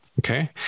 Okay